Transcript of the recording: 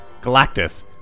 Galactus